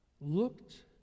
looked